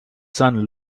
son